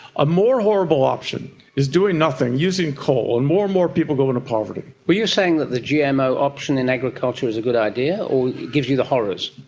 a more horrible option is doing nothing, using coal and more and more people going into poverty. where you saying that the gmo option in agriculture is a good idea or it gives you the horrors?